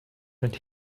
mit